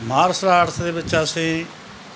martial arts ਦੇ ਵਿੱਚ ਅਸੀਂ